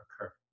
occur